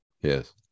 Yes